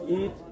eat